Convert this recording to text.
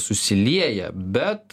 susilieja bet